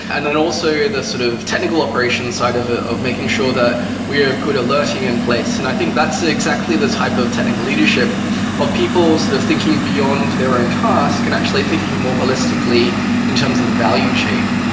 and then also the sort of technical operations side of ah of making sure the we have good alerting in place, and i think that's exactly the type of technical leadership of people sort of thinking beyond their own task and actually thinking more holistically in terms of the value chain.